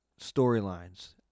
storylines